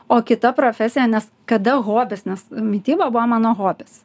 o kita profesija nes kada hobis nes mityba buvo mano hobis